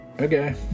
Okay